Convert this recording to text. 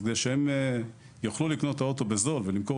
אז כדי שהן יוכלו לקנות את האוטו בזול ולמכור